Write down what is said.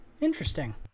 Interesting